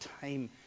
time